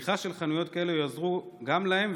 פתיחה של חנויות כאלה תעזור גם להם,